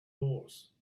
doors